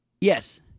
Yes